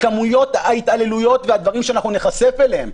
כמויות ההתעללויות והדברים שאנחנו נחשף אליהם.